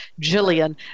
Jillian